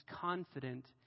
confident